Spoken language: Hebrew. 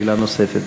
שאלה נוספת.